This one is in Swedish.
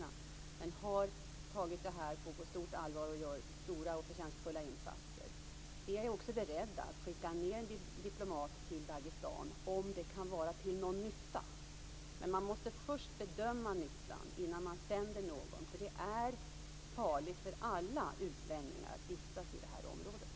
Men man har där tagit detta på stort allvar och gör stora och förtjänstfulla insatser. Vi är också beredda att skicka en diplomat till Dagestan, om det kan vara till någon nytta. Men man måste först bedöma nyttan innan man sänder någon, eftersom det är farligt för alla utlänningar att vistas i detta område.